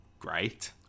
great